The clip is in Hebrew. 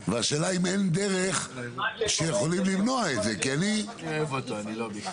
והשאלה אם אין דרך שיכולים למנוע את זה כי אני -- תן לי רק לסיים: